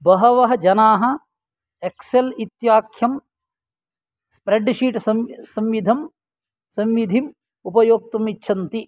बहवः जना एक्सेल् इत्याख्यं स्प्रेड् शीट् सं संविधिम् संविधिम् उपयोक्तुम् इच्छन्ति